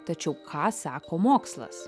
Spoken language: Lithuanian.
tačiau ką sako mokslas